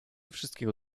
wszystkiego